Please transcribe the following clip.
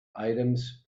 items